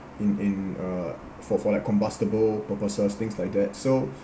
in in uh for for like combustible purposes things like that so